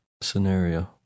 scenario